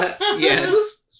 Yes